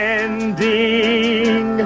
ending